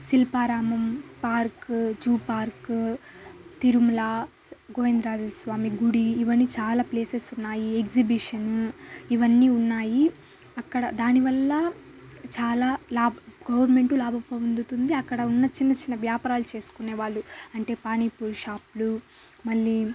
Shilparamam park zoo park Tirumala గోవిందరాజుల స్వామి గుడి ఇవన్నీ చాలా ప్లేసెస్ ఉన్నాయి ఎక్జిబిషన్ ఇవన్నీ ఉన్నాయి అక్కడ దాని వల్ల చాలా లాభ గవర్నమెంట్ లాభ పొందుతుంది అక్కడున్న చిన్న చిన్న వ్యాపారాలు చేసుకునేవాళ్లు అంటే పానీపూరి షాప్లు మళ్ళీ